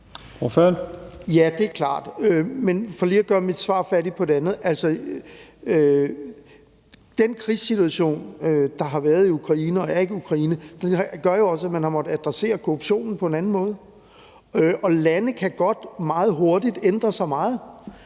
jeg sige, at den krisesituation, der har været i Ukraine og er i Ukraine, jo også gør, at man har måttet adressere korruptionen på en anden måde. Lande kan godt meget hurtigt ændre sig meget,